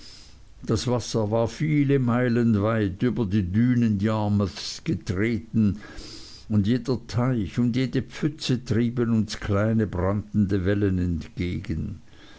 das wasser war viele meilen weit über die dünen yarmouths getreten und jeder teich und jede pfütze trieben uns kleine brandende wellen entgegen